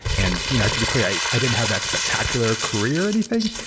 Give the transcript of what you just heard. and you know i should be clear, i i didn't have that spectacular career or anything.